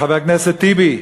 חבר הכנסת טיבי,